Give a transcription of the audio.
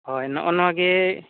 ᱦᱳᱭ ᱱᱚᱜᱼᱚ ᱱᱚᱣᱟᱜᱮ